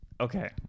okay